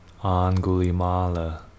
Angulimala